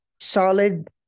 solid